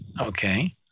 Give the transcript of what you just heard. Okay